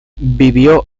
vivió